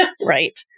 right